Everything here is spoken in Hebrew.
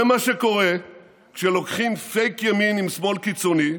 זה מה שקורה כשלוקחים פייק ימין עם שמאל קיצוני,